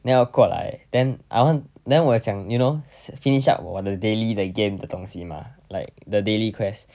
then 我过来 then I want then 我也想 you know finish up 我的 daily 的 game 的东西 mah like the daily quest